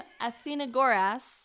Athenagoras